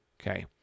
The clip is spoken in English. okay